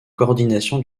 coordination